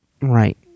Right